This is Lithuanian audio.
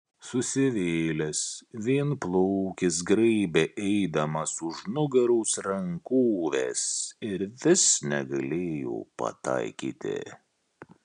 susivėlęs vienplaukis graibė eidamas už nugaros rankoves ir vis negalėjo pataikyti